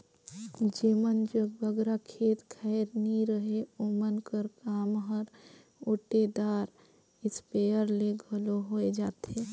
जेमन जग बगरा खेत खाएर नी रहें ओमन कर काम हर ओटेदार इस्पेयर ले घलो होए जाथे